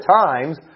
times